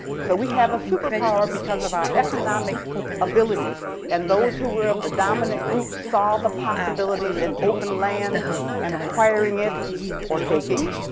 so we have a superpower because of our economic abilities and those who were of the dominant groups saw the possibilities and open land and acquiring it or taking